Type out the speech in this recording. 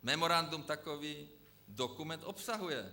Memorandum takový dokument obsahuje.